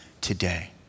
today